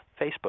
Facebook